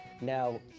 now